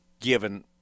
given